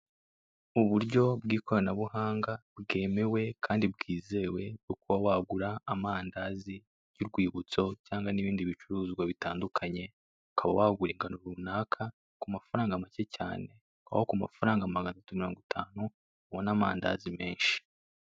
Uburyo bw'ikoranabuhanga bwemewe kandi bwizewe bwo kuba wagura amandazi y'u Rwibutso cyangwa n'ibindi bicuruzwa bigiye bitandukanye ukaba wagura akantu runaka ku mafaranga make cyane, aho ku mafaranga magana atatu mirongo itanu ubona amandazi menshi.